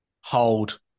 hold